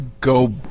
go